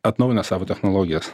atnaujina savo technologijas